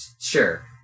sure